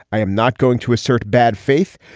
i am not going to assert bad faith.